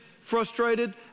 frustrated